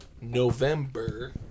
November